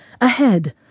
ahead